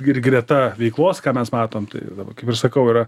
ir greta veiklos ką mes matom tai dabar kaip ir sakau yra